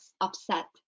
upset